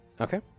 Okay